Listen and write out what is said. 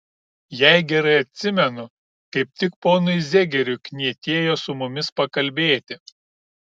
jei gerai atsimenu kaip tik ponui zegeriui knietėjo su mumis pakalbėti